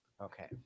Okay